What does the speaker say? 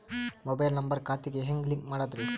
Mobile number ಖಾತೆ ಗೆ ಹೆಂಗ್ ಲಿಂಕ್ ಮಾಡದ್ರಿ?